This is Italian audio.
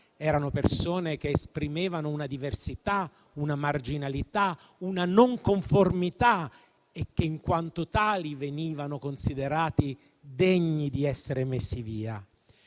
psichiatriche, ma esprimeva una diversità, una marginalità, una non conformità e che in quanto tale veniva considerata degna di essere messa via.